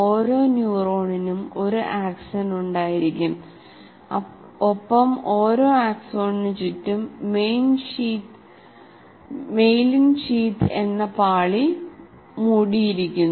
ഓരോ ന്യൂറോണിനും ഒരു ആക്സൺ ഉണ്ടായിരിക്കും ഒപ്പം ഓരോ ആക്സോണിനും ചുറ്റും മെയ്ലിൻ ഷീത് എന്ന പാളി മൂടിയിരിക്കുന്നു